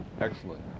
Excellent